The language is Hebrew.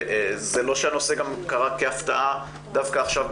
זה לא שהנושא קרה כהפתעה דווקא עכשיו,